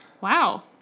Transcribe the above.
Wow